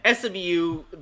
SMU